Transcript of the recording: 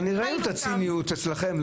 ראיתי את הציניות אצלכם.